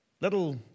little